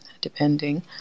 depending